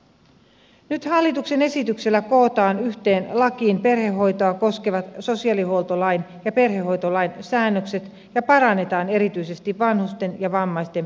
nyt hallituksen esityksellä kootaan yhteen lakiin perhehoitoa koskevat sosiaalihuoltolain ja perhehoitolain säännökset ja parannetaan erityisesti vanhusten ja vammaisten perhehoidon asemaa